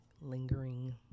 lingering